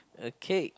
okay